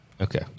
Okay